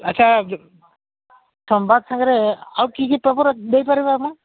ଆଚ୍ଛା ସମ୍ବାଦ ସାଙ୍ଗରେ ଆଉ କି କି ପେପର୍ ଦେଇ ପାରିବେ ଆପଣ